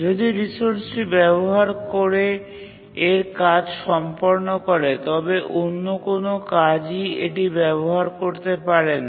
যদি রিসোর্সটি ব্যবহার করে এর কাজ সম্পন্ন করে তবে অন্য কোনও কাজই এটি ব্যবহার করতে পারে না